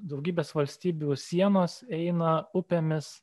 daugybės valstybių sienos eina upėmis